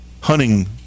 hunting